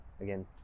again